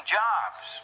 jobs